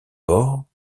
bord